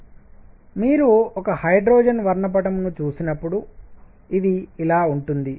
కాబట్టి మీరు ఒక హైడ్రోజన్ వర్ణపటంను చూసినప్పుడు ఇది ఇలా ఉంటుంది